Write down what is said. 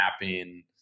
mapping